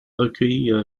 recueillie